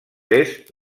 est